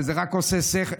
שרק עושה שכל.